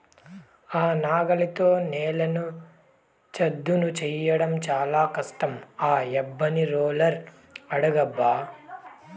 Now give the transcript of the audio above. ఆ నాగలితో నేలను చదును చేయడం చాలా కష్టం ఆ యబ్బని రోలర్ అడుగబ్బా